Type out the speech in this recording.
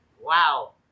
Wow